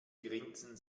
grinsen